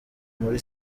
muri